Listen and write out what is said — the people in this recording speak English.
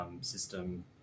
system